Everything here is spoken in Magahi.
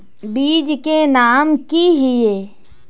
बीज के नाम की हिये?